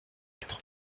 quatre